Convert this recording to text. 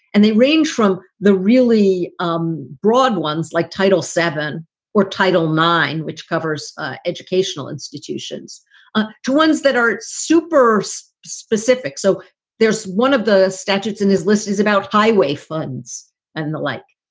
and they range from the really um broad ones like title seven or title nine, which covers educational institutions ah to ones that are super so specific. so there's one of the statutes in list is about highway funds and the like.